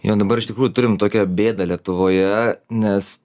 jau dabar iš tikrųjų turim tokią bėdą lietuvoje nes